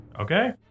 Okay